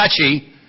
touchy